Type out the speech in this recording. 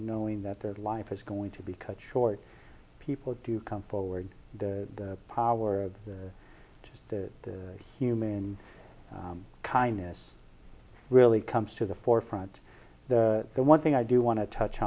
knowing that their life is going to be cut short people do come forward the power of just the human kindness really comes to the forefront the one thing i do want to touch